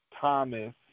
Thomas